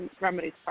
remedies